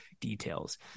details